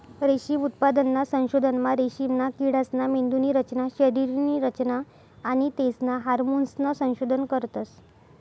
रेशीम उत्पादनना संशोधनमा रेशीमना किडासना मेंदुनी रचना, शरीरनी रचना आणि तेसना हार्मोन्सनं संशोधन करतस